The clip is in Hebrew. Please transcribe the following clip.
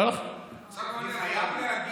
אני חייב להגיד.